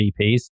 GPs